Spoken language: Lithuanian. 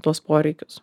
tuos poreikius